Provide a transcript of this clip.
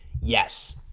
yes